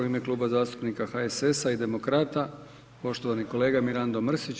U ime Kluba zastupnika HSS-a i demokrata poštovani kolega Mirando Mrsić.